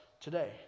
today